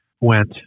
went